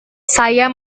saya